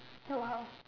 so how